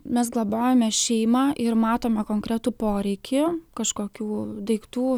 mes globojame šeimą ir matome konkretų poreikį kažkokių daiktų